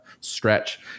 stretch